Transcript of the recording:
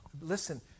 listen